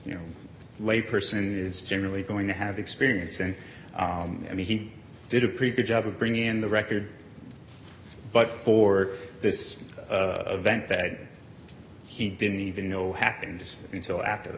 you know lay person is generally going to have experience and i mean he did a pretty good job of bringing in the record but for this event that he didn't even know happened until after the